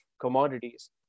commodities